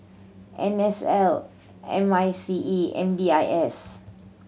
N S L M I C E M D I S